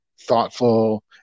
thoughtful